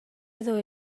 edo